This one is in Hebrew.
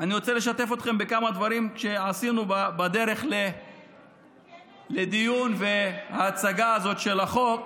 אני רוצה לשתף אתכם בכמה דברים שעשינו בדרך לדיון וההצגה הזאת של החוק,